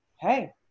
hey